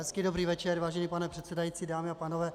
Hezký dobrý večer, vážený pane předsedající, dámy a pánové.